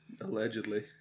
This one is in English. allegedly